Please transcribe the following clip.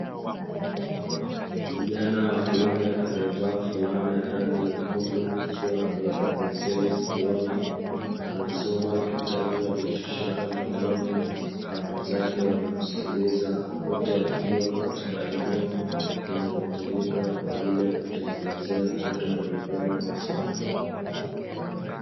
Kijana wa kiume aliyevaa fulana ya rangi nyekundu akiwa ameweka penseli sikioni, anasoma kitabu alichoshika mkononi na wenzake wanamsikiliza, wote wakiwa katika eneo linalotumika kwa ajili ya kutengeneza vitu mbalimbali vya samani.